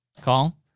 call